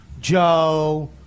Joe